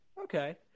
Okay